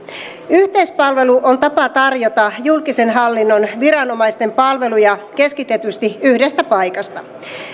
yhteispalvelu on tapa tarjota julkisen hallinnon viranomaisten palveluja keskitetysti yhdestä paikasta